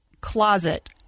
closet